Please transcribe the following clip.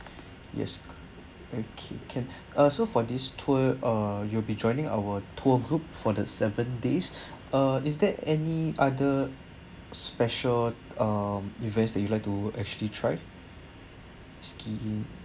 yes okay can uh so for this tour uh you'll be joining our tour group for the seven days uh is there any other special um events that you like to actually try ski